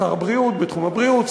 שר הבריאות בתחום הבריאות,